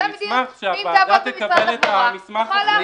אני אשמח שהוועדה תקבל את המסמך הזה.